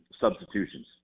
substitutions